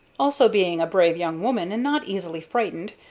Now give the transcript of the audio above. also, being a brave young woman and not easily frightened,